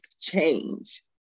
change